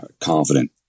confident